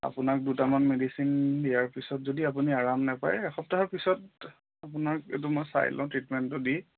আপোনাক দুটামান মেডিচিন দিয়াৰ পিছত যদি আপুনি আৰাম নাপায় এসপ্তাহৰ পিছত আপোনাক এইটো মই চাই লওঁ ট্ৰিটমেণ্টটো দি